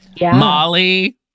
Molly